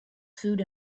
food